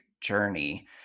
journey